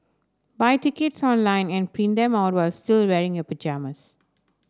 buy tickets online and print them out while still wearing your pyjamas